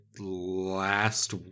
last